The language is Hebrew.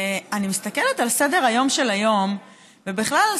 אני מסתכלת על סדר-היום של היום ובכלל על